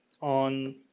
On